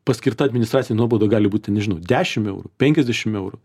paskirta administracinė nuobauda gali būti nežinau dešim eurų penkiasdešim eurų